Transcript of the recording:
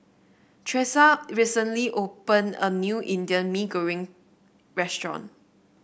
Tresa recently opened a new Indian Mee Goreng Restaurant